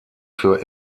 für